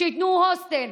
שייתנו הוסטל.